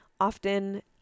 often